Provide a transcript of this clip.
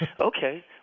Okay